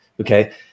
okay